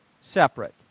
separate